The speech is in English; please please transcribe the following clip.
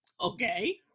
Okay